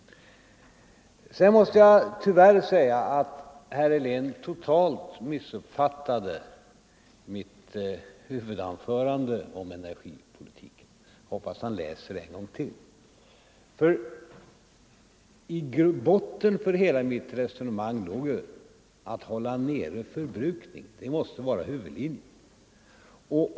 Sedan måste jag tyvärr säga att herr Helén totalt missuppfattade mitt huvudanförande om energipolitiken. Jag hoppas han läser det en gång till. I botten för hela mitt resonemang låg ju avsikten att hålla nere förbrukningen, det måste vara huvudlinjen.